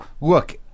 look